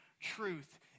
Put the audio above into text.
truth